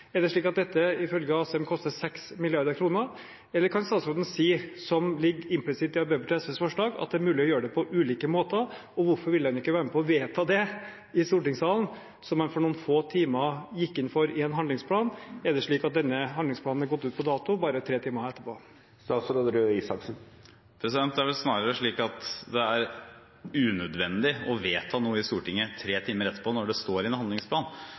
Er det slik at dette, ifølge representanten Asheim, koster 6 mrd. kr., eller kan statsråden si, som det ligger implisitt i Arbeiderpartiets forslag, at det er mulig å gjøre det på ulike måter? Hvorfor vil han ikke være med på å vedta det i stortingssalen, som han for noen få timer siden gikk inn for i en handlingsplan? Er det slik at denne handlingsplanen har gått ut på dato, bare tre timer etterpå? Det er vel snarere slik at det er unødvendig å vedta noe i Stortinget tre timer etterpå når det står i en handlingsplan.